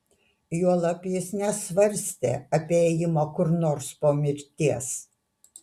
juolab jis nesvarstė apie ėjimą kur nors po mirties